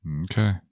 Okay